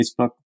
Facebook